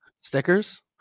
Stickers